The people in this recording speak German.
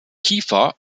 kiefer